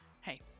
hey